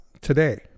today